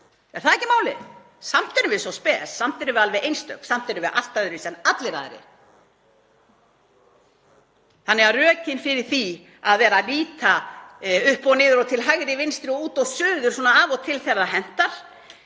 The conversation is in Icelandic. Er það ekki málið? Samt erum við svo spes. Samt erum við alveg einstök. Samt erum við allt öðruvísi en allir aðrir. Rökin fyrir því að vera að líta upp og niður og til hægri, vinstri, út og suður, svona af og til þegar það hentar,